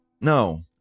No